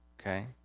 Okay